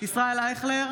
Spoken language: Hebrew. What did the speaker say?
ישראל אייכלר,